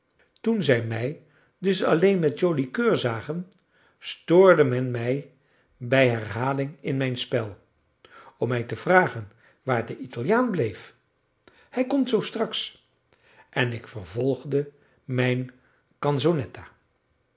toen zij mij dus alleen met joli coeur zagen stoorde men mij bij herhaling in mijn spel om mij te vragen waar de italiaan bleef hij komt zoo straks en ik vervolgde mijn canzonetta